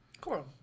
Cool